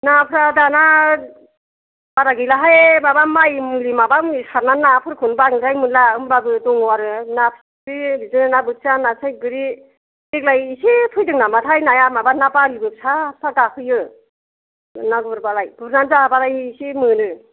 नाफ्रा दाना बारा गैलाहाय माबा माइ मुलि माबा मुलि सारनानै नाफोरखौनो बांद्राय मोनला होनबाबो दङ आरो ना फिथिख्रि बिदिनो ना बोथिया नास्राय गोरि देग्लाय एसे फैदों नामाथाय नाया माबा ना बार्लिबो फिसा फिसा गाखोयो ना गुरबालाय गुरनानै जाबालाय एसे मोनो